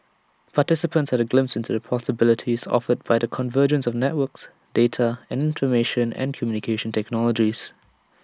participants had A glimpse into the possibilities offered by the convergence of networks data and and communication technologies